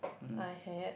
I had